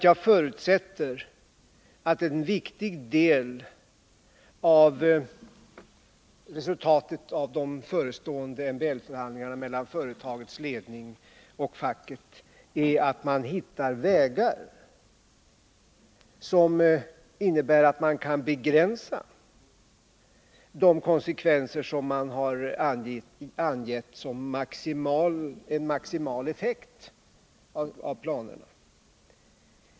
Jag förutsätter nämligen att en viktig del av resultatet av de förestående MBL-förhandlingarna mellan företagets ledning och facket är att man hittar vägar som innebär att man kan begränsa de konsekvenser som man har angett som en maximal effekt av planerna.